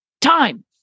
time